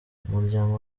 umuryango